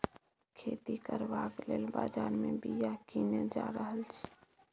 खेती करबाक लेल बजार मे बीया कीने जा रहल छी